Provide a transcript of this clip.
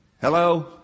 Hello